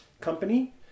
company